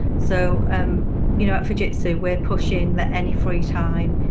so um you know at fujitsu, we're pushing that any free time,